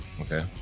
okay